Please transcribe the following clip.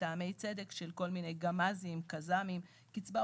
שהוא דומה קצת